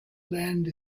land